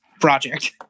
project